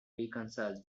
reconciles